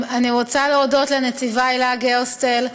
אני רוצה להודות לנציבה הילה גרסטל,